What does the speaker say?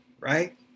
Right